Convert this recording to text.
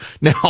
Now